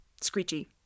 screechy